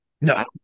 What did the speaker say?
No